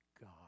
God